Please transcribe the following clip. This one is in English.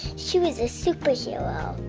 she was a superhero.